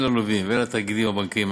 הן ללווים והן לתאגידים הבנקאיים,